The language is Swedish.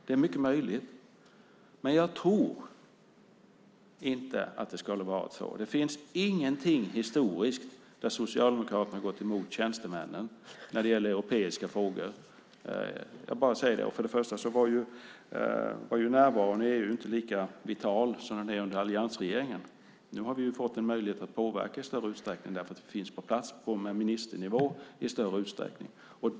Det är mycket möjligt, men jag tror inte att ni skulle ha gjort det. Det finns inget tillfälle historiskt då Socialdemokraterna har gått emot tjänstemännen när det gäller europeiska frågor. Jag bara säger det. Närvaron i EU var inte heller lika vital under er som den är under alliansregeringen. Nu har vi fått en möjlighet att påverka i högre grad eftersom vi finns på plats på ministernivå i större utsträckning.